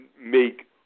make